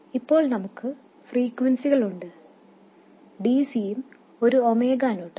ഇപ്പോൾ നമുക്ക് ഫ്രീക്വെൻസികളുണ്ട് dc യും ഒരു ഒമേഗ നോട്ടും